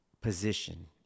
position